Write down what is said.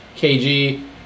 KG